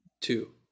Two